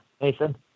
Nathan